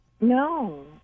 No